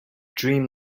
dream